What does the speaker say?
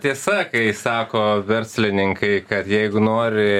tiesa kai sako verslininkai kad jeigu nori